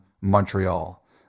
Montreal